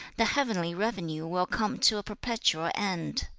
the heavenly revenue will come to a perpetual end